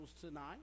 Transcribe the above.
tonight